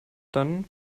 dann